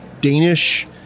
Danish